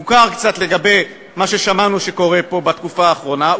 מוכר קצת לגבי מה ששמענו שקורה פה בתקופה האחרונה,